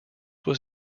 was